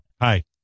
hi